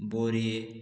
बोरये